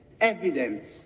evidence